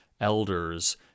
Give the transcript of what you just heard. elders